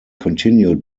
continue